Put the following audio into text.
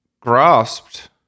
grasped